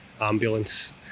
ambulance